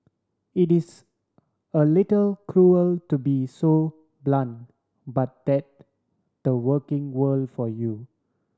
it is a little cruel to be so blunt but that the working world for you